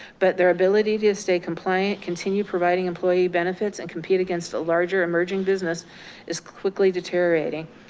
but their ability to stay compliant, continue providing employee benefits and compete against the larger emerging business is quickly deteriorating.